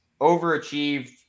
overachieved